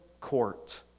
court